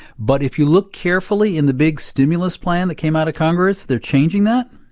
but if you look carefully in the big stimulus plan that came out of congress, they're changing that?